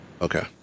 Okay